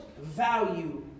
value